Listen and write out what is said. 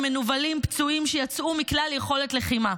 מנוולים פצועים יצאו מכלל יכולת לחימה.